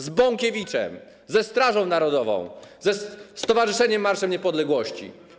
Z Bąkiewiczem, ze Strażą Narodową, ze Stowarzyszeniem Marsz Niepodległości.